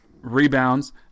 Rebounds